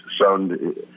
sound